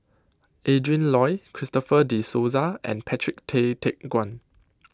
Adrin Loi Christopher De Souza and Patrick Tay Teck Guan